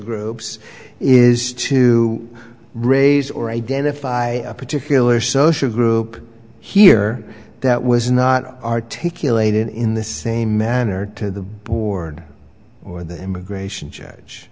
groups is to raise or identify a particular social group here that was not articulated in the same manner to the board or the immigration judge